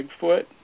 Bigfoot